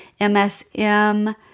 MSM